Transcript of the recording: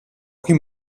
prix